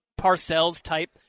Parcells-type